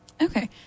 Okay